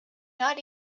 not